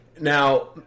Now